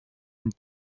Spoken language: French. une